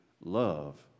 love